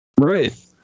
Right